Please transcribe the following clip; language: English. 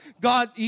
God